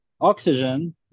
oxygen